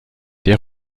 der